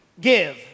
give